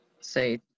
say